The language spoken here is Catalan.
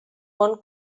món